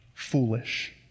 foolish